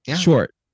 short